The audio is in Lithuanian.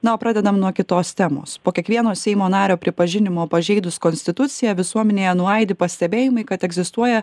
na o pradedam nuo kitos temos po kiekvieno seimo nario pripažinimo pažeidus konstituciją visuomenėje nuaidi pastebėjimai kad egzistuoja